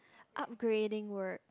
upgrading works